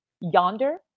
yonder